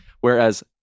Whereas